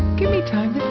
gimme time